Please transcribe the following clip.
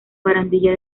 barandilla